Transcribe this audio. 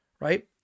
Right